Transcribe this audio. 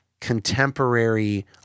contemporary